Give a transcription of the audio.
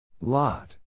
Lot